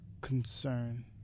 concern